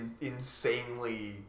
insanely